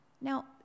Now